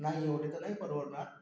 नाही एवढे तर नाही परवडणार